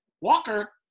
walker